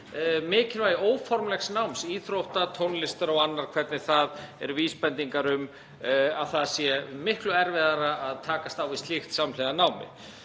mikilvægi óformlegs náms; íþrótta, tónlistar og annars, hvernig það eru vísbendingar um að það sé miklu erfiðara að takast á við slíkt samhliða námi.